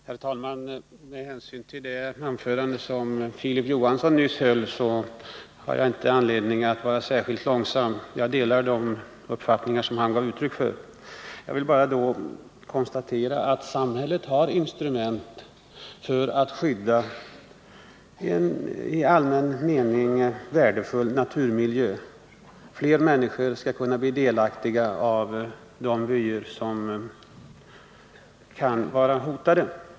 Herr talman! Med hänsyn till det anförande som Filip Johansson nyss höll kan jag fatta mig relativt kort. Jag delar de uppfattningar som han där gav uttryck för. Jag konstaterar att samhället har instrument för att skydda en i allmän mening värdefull naturmiljö. Fler människor kan följaktligen bli delaktiga av de värdefulla vyer som finns.